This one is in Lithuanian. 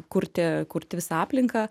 kurti kurti visą aplinką